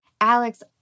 Alex